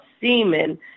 semen